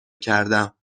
کردم